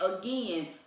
again